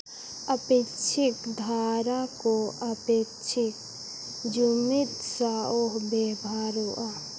ᱟᱯᱮ ᱪᱮᱫ ᱫᱷᱟᱨᱟ ᱠᱚ ᱟᱯᱮ ᱪᱮᱫ ᱡᱩᱢᱤᱫ ᱥᱟᱶ ᱵᱮᱵᱚᱦᱟᱨᱚᱜᱼᱟ